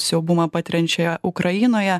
siaubumą patiriančioje ukrainoje